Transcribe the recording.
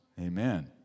Amen